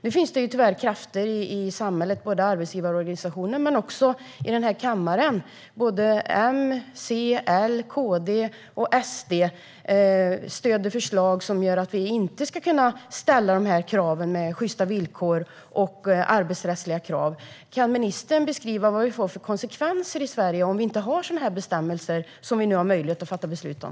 Nu finns det tyvärr andra krafter i samhället, både i arbetsgivarorganisationer och i den här kammaren. M, C, L, KD och SD stöder förslag som gör att vi inte ska kunna ställa krav på sjysta villkor och arbetsrättsliga krav. Kan ministern beskriva vad det blir för konsekvenser i Sverige om vi inte har sådana bestämmelser som vi nu har möjlighet att fatta beslut om?